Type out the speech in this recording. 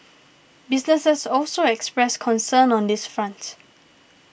businesses also expressed concern on this front